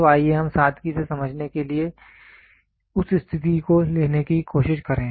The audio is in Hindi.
तो आइए हम सादगी से समझने के लिए के लिए उस स्थिति को लेने की कोशिश करें